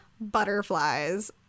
butterflies